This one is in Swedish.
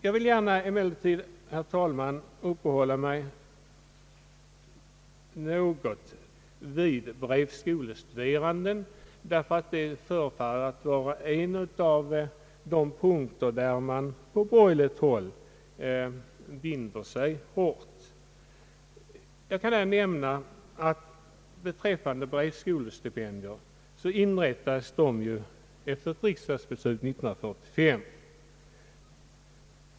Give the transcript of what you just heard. Jag vill gärna, herr talman, uppehålla mig något vid brevskolestudierna, därför att det förefaller vara en av de punkter där man på borgerligt håll binder sig hårt. Jag kan där nämna att breyskolestipendier inrättades efter ett riksdagsbeslut 1945.